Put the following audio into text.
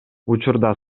учурда